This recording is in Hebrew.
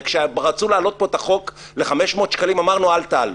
הרי כשרצו להעלות פה את החוק ל-500 שקלים אמרנו אל תעלו,